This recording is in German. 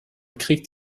kriegt